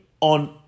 on